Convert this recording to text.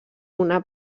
una